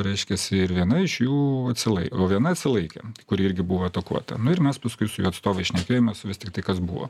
reiškiasi ir viena iš jų atsilai o viena atsilaikė kuri irgi buvo atakuota nu ir mes paskui su jo atstovai šnekėjomės vis tiktai kas buvo